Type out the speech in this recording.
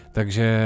Takže